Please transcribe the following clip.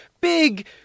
big